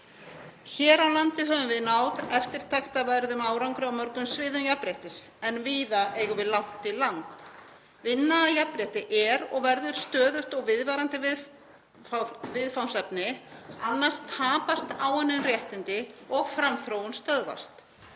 Hér á landi höfum við náð eftirtektarverðum árangri á mörgum sviðum jafnréttis en víða eigum við langt í land. Vinna að jafnrétti er og verður stöðugt og viðvarandi viðfangsefni, annars tapast áunnin réttindi og framþróun stöðvast.